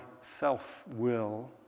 self-will